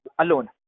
alone